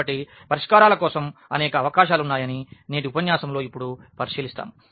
కాబట్టి పరిష్కారాల కోసం అనేక అవకాశాలు ఉన్నాయని నేటి ఉపన్యాసంలో ఇప్పుడు పరిశీలిస్తాము